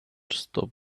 stop